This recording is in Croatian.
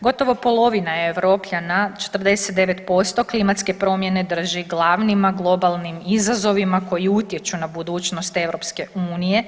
Gotovo polovina Europljana 49% klimatske promjene drži glavnima globalnim izazovima koji utječu na budućnost EU.